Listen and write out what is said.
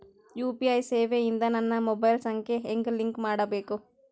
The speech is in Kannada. ಯು.ಪಿ.ಐ ಸೇವೆ ಇಂದ ನನ್ನ ಮೊಬೈಲ್ ಸಂಖ್ಯೆ ಹೆಂಗ್ ಲಿಂಕ್ ಮಾಡಬೇಕು?